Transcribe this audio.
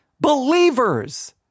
believers